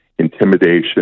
intimidation